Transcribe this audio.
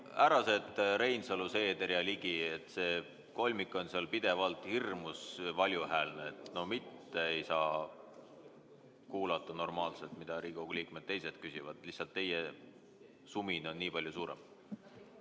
Härrased Reinsalu, Seeder ja Ligi! See kolmik on seal pidevalt hirmus valjuhäälne, no mitte ei saa kuulata normaalselt, mida Riigikogu liikmed küsivad, teie sumin on nii palju suurem.